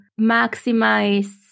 maximize